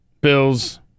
Bills